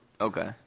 Okay